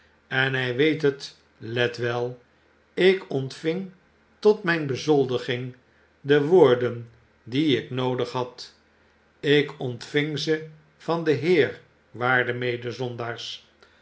en hy weet het let wel i ik ontving tot myn bezoldiging de woorden die ik noodig had ik ontving ze van den heer waarde